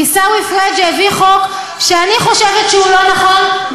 עיסאווי פריג' הביא חוק שאני חושבת שהוא לא נכון,